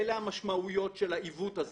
אלה המשמעויות של העיוות הזה.